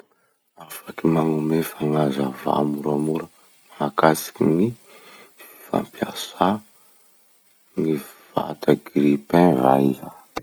Afaky magnome fagnazavà moramora mahakasiky ny fampiasà ny vata grille-pain va iha?